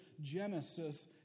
Genesis